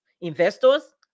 investors